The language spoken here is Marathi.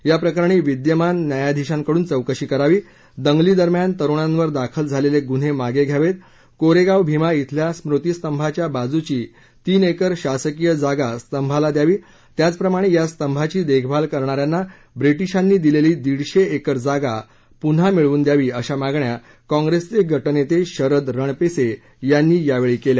याप्रकरणी विद्यमान न्यायाधीशांकडून चौकशी करावी दंगलीदरम्यान तरुणांवर दाखल झालेले गुन्हे मागे घ्यावेत कोरेगाव भिमा श्रेल्या स्मृतीस्तंभाच्या बाजूची तीन एकर शासकीय जागा स्तंभाला द्यावी त्याचप्रमाणे या स्तंभाची देखभाल करणाऱ्यांना ब्रिटिशांनी दिलेली दीडशे एकर जागा त्यांना पुन्हा मिळवून द्यावी अशा मागण्या काँग्रेसचे गटनेते शरद रणपिसे यांनी यावेळी केल्या